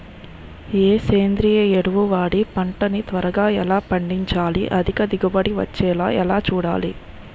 ఏ సేంద్రీయ ఎరువు వాడి పంట ని త్వరగా ఎలా పండించాలి? అధిక దిగుబడి వచ్చేలా ఎలా చూడాలి?